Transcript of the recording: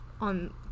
on